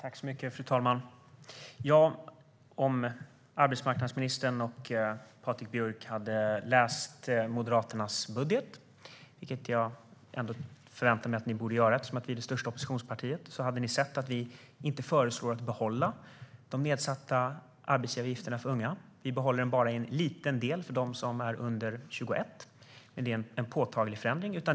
Fru talman! Om arbetsmarknadsministern och Patrik Björck hade läst Moderaternas budget - vilket jag förväntar mig att ni kommer att göra, eftersom vi är det största oppositionspartiet - hade ni sett att vi inte föreslår att man ska behålla de nedsatta arbetsgivaravgifterna för unga. Vi behåller bara en liten del för dem som är under 21. Det är en påtaglig förändring.